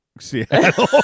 Seattle